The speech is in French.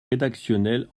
rédactionnelle